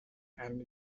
and